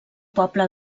poble